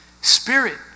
spirit